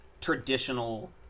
traditional